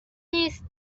نیست